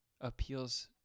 appeals